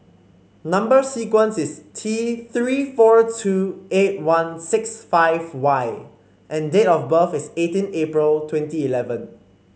number sequence is T Three four two eight one six five Y and date of birth is eighteen April twenty eleven